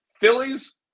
Phillies